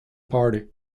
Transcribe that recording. party